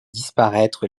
disparaître